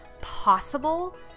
possible